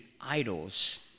idols